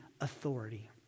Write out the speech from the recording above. authority